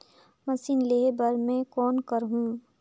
Machine लेहे बर मै कौन करहूं?